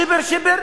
שיבר-שיבר,